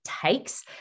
takes